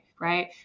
right